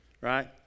right